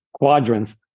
Quadrants